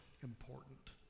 important